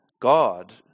God